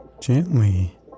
gently